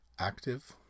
Active